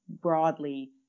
broadly